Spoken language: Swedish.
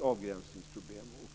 avgränsningsproblem.